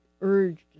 urged